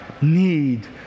need